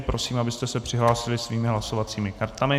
Prosím, abyste se přihlásili svými hlasovacími kartami.